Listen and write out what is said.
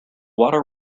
water